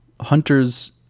hunter's